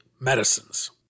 medicines